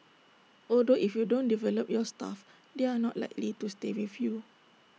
although if you don't develop your staff they are not likely to stay with you